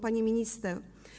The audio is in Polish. Pani Minister!